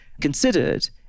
considered